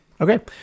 Okay